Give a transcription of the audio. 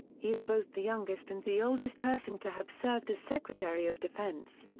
he is both the youngest and the oldest person to have served as secretary of defense.